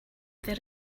there